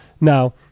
now